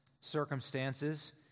circumstances